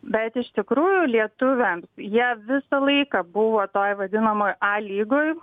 bet iš tikrųjų lietuviam jie visą laiką buvo toj vadinamoj a lygoj